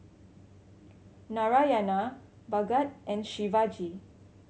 Narayana Bhagat and Shivaji